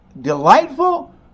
delightful